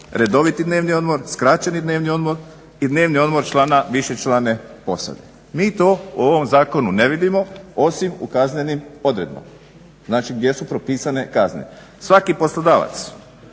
redoviti dnevni odmor, skraćeni dnevni odmor i dnevni odmor člana višečlane posade. Mi to u ovom zakonu ne vidimo osim u kaznenim odredbama znači gdje su propisane kazne. Svaki poslodavac,